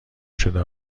شده